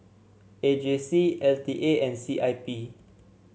A J C L T A and C I P